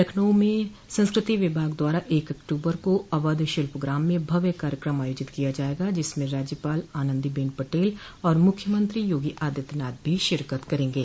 लखनऊ में संस्कृति विभाग द्वारा एक अक्टूबर को अवध शिल्पग्राम में भव्य कार्यक्रम आयोजित किया जायेगा जिसमें राज्यपाल आनन्दी बेन पटेल और मुख्यमंत्री योगी आदित्यनाथ भी शिरकत करेंगे